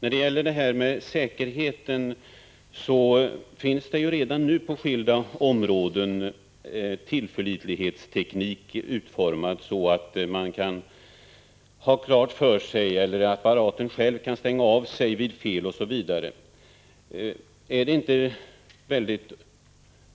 Beträffande säkerheten finns det redan nu på skilda områden tillförlitlighetsteknik utformad så att en apparat själv kan stänga av sig vid fel, etc. Är det inte mycket